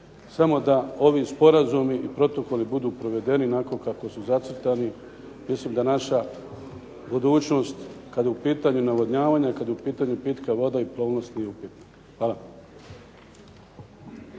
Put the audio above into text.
samo da ovi sporazumi i protokoli budu provedeni onako kako su zacrtani. Mislim da naša budućnost kada je u pitanju navodnjavanje, kad je u pitanju pitka voda i plovnost nije upitna. Hvala.